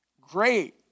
great